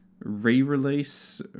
re-release